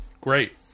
great